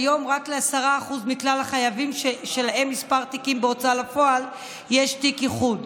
כיום רק ל-10% מכלל החייבים שלהם מספר תיקים בהוצאה לפועל יש תיק איחוד.